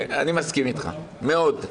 אני מסכים איתך מאוד.